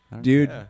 dude